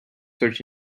search